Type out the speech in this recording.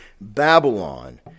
babylon